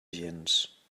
gens